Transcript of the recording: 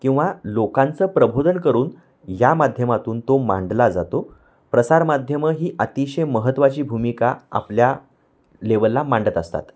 किंवा लोकांचं प्रबोधन करून या माध्यमातून तो मांडला जातो प्रसारमाध्यमं ही अतिशय महत्त्वाची भूमिका आपल्या लेवलला मांडत असतात